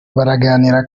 baraganira